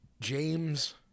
James